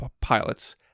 pilots